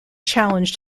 challenged